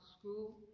School